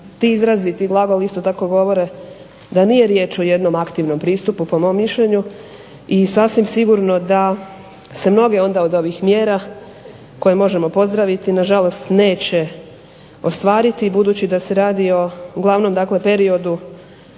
ti izrazi i ti glagoli isto tako govore da nije riječ o jednom aktivnom pristupu po mom mišljenju. I sasvim sigurno da se mnoge onda od ovih mjera koje možemo pozdraviti na žalost neće ostvariti budući da se radi o glavnom dakle periodu